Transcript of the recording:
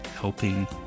helping